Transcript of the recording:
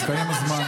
הסתיים הזמן.